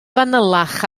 fanylach